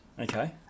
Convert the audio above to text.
okay